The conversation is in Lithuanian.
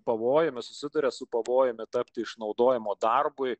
pavojumi susiduria su pavojumi tapti išnaudojimo tarpui